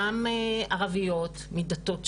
גם ערביות מדתות שונות,